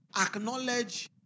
acknowledge